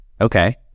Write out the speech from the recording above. Okay